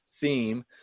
theme